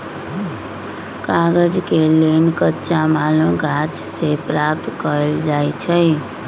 कागज के लेल कच्चा माल गाछ से प्राप्त कएल जाइ छइ